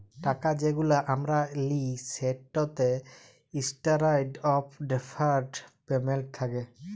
টাকা যেগুলা আমরা লিই সেটতে ইসট্যান্ডারড অফ ডেফার্ড পেমেল্ট থ্যাকে